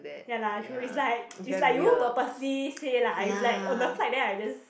ya lah true it's like it's like you won't purposely say lah it's like on the flight then I just